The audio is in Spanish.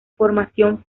formación